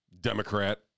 Democrat